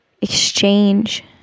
exchange